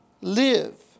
live